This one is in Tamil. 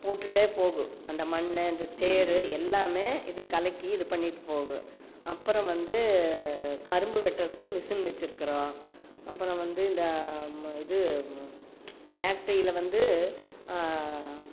போட்டுட்டே போகும் அந்த மண் அந்த சேறு எல்லாம் இது கலக்கி இது பண்ணிட்டு போகும் அப்புறம் வந்து கரும்பு வெட்டுறதுக்கு மிஷின் வைச்சிருக்குறோம் அப்புறம் வந்து இந்த இது டேக்ட்ர்ல வந்து